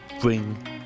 Bring